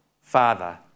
Father